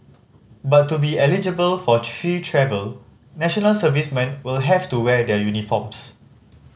but to be eligible for free travel national servicemen will have to wear their uniforms